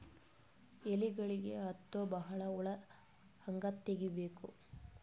ಎಲೆಗಳಿಗೆ ಹತ್ತೋ ಬಹಳ ಹುಳ ಹಂಗ ತೆಗೀಬೆಕು?